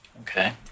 Okay